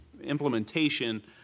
implementation